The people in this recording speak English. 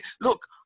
look